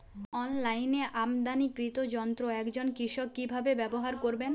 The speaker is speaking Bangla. অনলাইনে আমদানীকৃত যন্ত্র একজন কৃষক কিভাবে ব্যবহার করবেন?